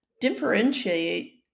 differentiate